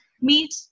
meet